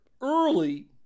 early